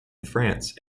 france